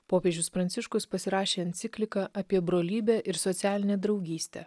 popiežius pranciškus pasirašė encikliką apie brolybę ir socialinę draugystę